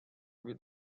with